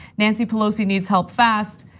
nancy pelosi needs help fast.